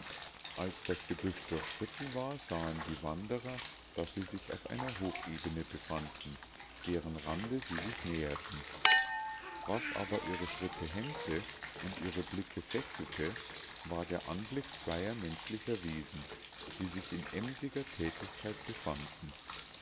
als das gebüsch durchschritten war sahen die wanderer daß sie sich auf einer hochebene befanden deren rande sie sich näherten was aber ihre schritte hemmte und ihre blicke fesselte war der anblick zweier menschlicher wesen die sich in emsiger tätigkeit befanden